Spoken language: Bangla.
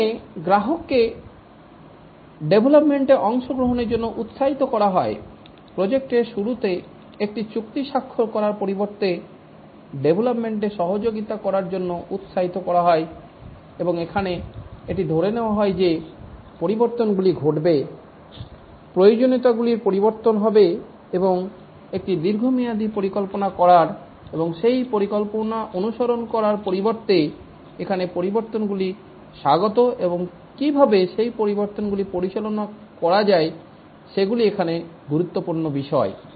এখানে গ্রাহককে ডেভলপমেন্টে অংশগ্রহণের জন্য উৎসাহিত করা হয় প্রজেক্টের শুরুতে একটি চুক্তি স্বাক্ষর করার পরিবর্তে ডেভলপমেন্টে সহযোগিতা করার জন্য উৎসাহিত করা হয় এবং এখানে এটি ধরে নেওয়া হয় যে পরিবর্তনগুলি ঘটবে প্রয়োজনীয়তাগুলির পরিবর্তন হবে এবং একটি দীর্ঘমেয়াদী পরিকল্পনা করার এবং সেই পরিকল্পনা অনুসরণ করার পরিবর্তে এখানে পরিবর্তনগুলি স্বাগত এবং কীভাবে সেই পরিবর্তনগুলি পরিচালনা করা যায় সেগুলি এখানে গুরুত্বপূর্ণ বিষয়